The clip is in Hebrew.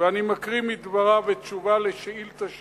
ואני מקריא מדבריו בתשובה על שאילתא שלי.